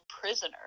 prisoner